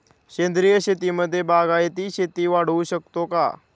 सेंद्रिय शेतीमध्ये बागायती शेती वाढवू शकतो का?